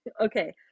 okay